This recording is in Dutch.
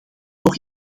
nog